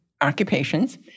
occupations